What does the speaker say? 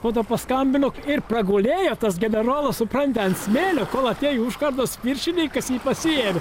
po to paskambino ir pragulėjo tas generolas supranti ant smėlio kol atėjo užkardos viršininkas jį pasiėmė